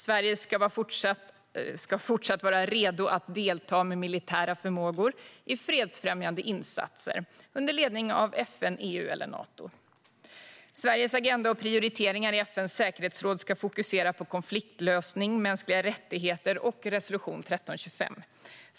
Sverige ska fortsatt vara redo att delta med militära förmågor i fredsfrämjande insatser under ledning av FN, EU eller Nato. Sveriges agenda och prioriteringar i FN:s säkerhetsråd ska fokusera på konfliktlösning, mänskliga rättigheter och resolution 1325.